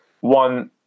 one